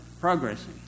progressing